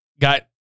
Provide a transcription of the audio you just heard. got